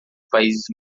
países